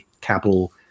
capital